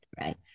right